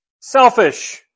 Selfish